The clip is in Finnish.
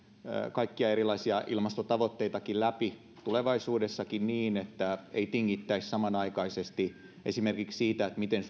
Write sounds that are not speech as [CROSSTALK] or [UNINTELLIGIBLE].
kaikkia erilaisia ilmastotavoitteitakin läpi tulevaisuudessakin niin että ei tingittäisi samanaikaisesti esimerkiksi siitä miten [UNINTELLIGIBLE]